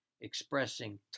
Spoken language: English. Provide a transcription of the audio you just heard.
expressing